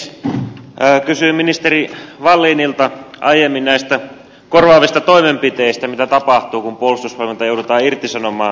kysyin ministeri wallinilta aiemmin näistä korvaavista toimenpiteistä mitä tapahtuu kun puolustusvoimista joudutaan irtisanomaan henkilöitä